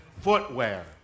footwear